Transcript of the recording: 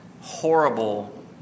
horrible